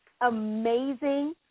amazing